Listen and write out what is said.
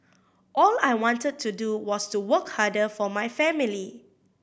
all I wanted to do was to work harder for my family